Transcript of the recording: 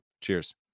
Cheers